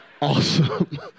awesome